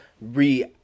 re